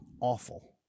Awful